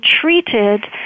treated